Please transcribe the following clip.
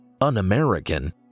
un-American